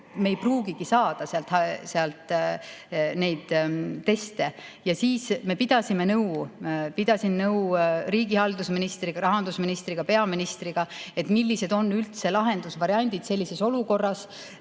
me ei pruugigi saada sealt neid teste. Siis me pidasime nõu. Ma pidasin nõu riigihalduse ministriga, rahandusministriga ja peaministriga, et millised on üldse lahendusvariandid sellises olukorras,